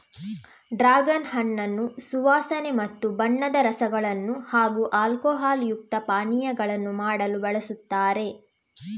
dragon ಹಣ್ಣನ್ನು ಸುವಾಸನೆ ಮತ್ತು ಬಣ್ಣದ ರಸಗಳನ್ನು ಹಾಗೂ ಆಲ್ಕೋಹಾಲ್ ಯುಕ್ತ ಪಾನೀಯಗಳನ್ನು ಮಾಡಲು ಬಳಸುತ್ತಾರೆ